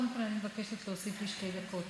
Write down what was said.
קודם כול אני מבקשת להוסיף לי שתי דקות,